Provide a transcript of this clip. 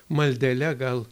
maldele gal